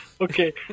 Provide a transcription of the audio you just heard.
Okay